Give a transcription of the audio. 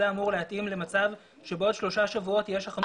אמור להתאים למצב שבעוד שלושה שבועות תהיה החלטה אחרת.